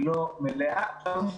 כנראה הם לא מעוניינים, כנראה הם לא